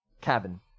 cabin